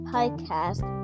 Podcast